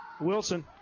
Wilson